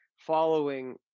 following